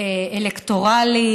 אלקטורלית,